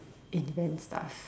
it depends lah